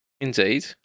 indeed